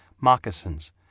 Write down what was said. moccasins